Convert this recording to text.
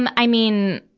and i mean,